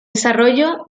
desarrollo